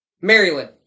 Maryland